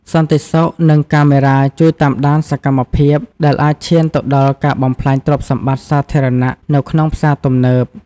សន្តិសុខ និងកាមេរ៉ាជួយតាមដានសកម្មភាពដែលអាចឈានទៅដល់ការបំផ្លាញទ្រព្យសម្បត្តិសាធារណៈនៅក្នុងផ្សារទំនើប។